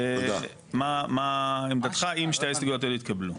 מה עמדתך אם שתי ההסתייגויות האלה יתקבלו?